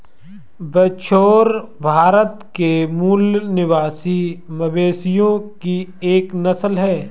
बछौर भारत के मूल निवासी मवेशियों की एक नस्ल है